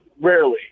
rarely